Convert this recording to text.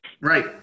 Right